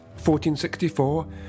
1464